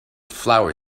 flower